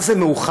מה זה מאוחד?